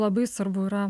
labai svarbu yra